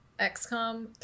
XCOM